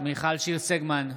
מיכל שיר סגמן,